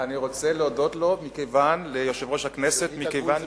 אני רוצה להודות ליושב-ראש הכנסת מכיוון, בצדק.